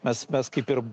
mes mes kaip ir